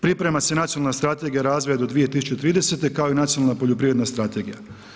Priprema se nacionalna strategija razvoja do 2030., kao i nacionalna poljoprivredna strategija.